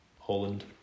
Holland